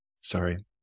Sorry